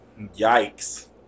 Yikes